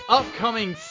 upcoming